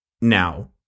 now